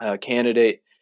candidate